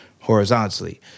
horizontally